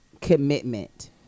commitment